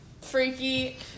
freaky